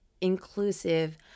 inclusive